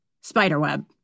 spiderweb